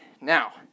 Now